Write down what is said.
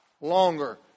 longer